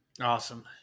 Awesome